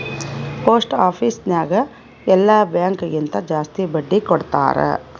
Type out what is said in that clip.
post office ನಾಗ್ ಎಲ್ಲಾ bank ಕಿಂತಾ ಜಾಸ್ತಿ ಬಡ್ಡಿ ಕೊಡ್ತಾರ್